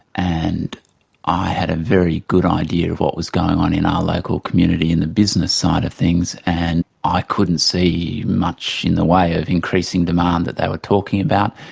and i had a very good idea of what was going on in our local community in the business side of things, and i couldn't see much in the way of increasing demand that they were talking about,